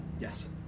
Yes